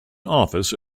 office